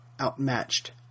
outmatched